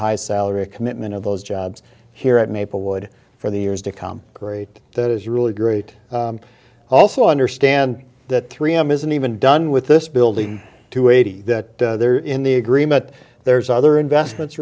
high salary a commitment of those jobs here at maplewood for the years to come great that is really great i also understand that three m isn't even done with this building to eighty that they're in the agreement there's other investments